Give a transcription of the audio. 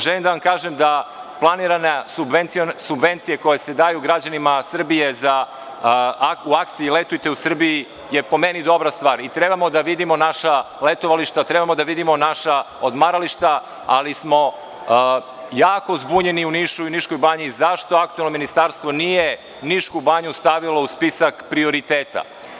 Želim da vam kažem da planirane subvencije koje se daju građanima Srbije u akciji „Letujte u Srbiji“ je po meni dobra stvar i treba da vidimo naša letovališta, naša odmarališta ali smo jako zbunjeni u Nišu i Niškoj banji, zašto aktuelno ministarstvo nije Nišku banju stavilo u spisak prioriteta.